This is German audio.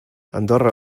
andorra